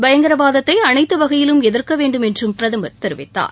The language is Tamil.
பயங்கரவாதத்தை அனைத்து வகையிலும் எதிர்க்க வேண்டும் என்றும் பிரதமர் தெரிவித்தார்